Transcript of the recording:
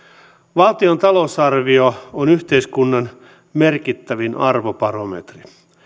valtion talousarvio on yhteiskunnan merkittävin arvobarometri